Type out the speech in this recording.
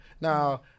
Now